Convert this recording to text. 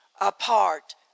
apart